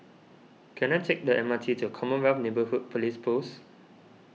can I take the M R T to Commonwealth Neighbourhood Police Post